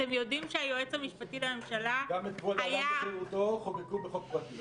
אתם יודעים שהיועץ המשפטי לממשלה -- גם את --- חוקקו בחוק פרטי.